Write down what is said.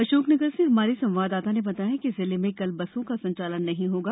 अशोकनगर से हमारे संवाददाता ने बताया है कि जिले में कल बसों का संचालन नहीं होगा